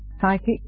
psychic